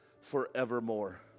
forevermore